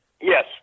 Yes